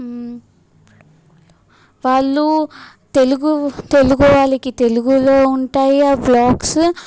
వాళ్ళు తెలుగు తెలుగు వాళ్ళకి తెలుగులో ఉంటాయి ఆ బ్లాగ్స్